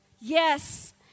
Yes